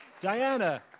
Diana